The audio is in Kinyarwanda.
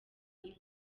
inka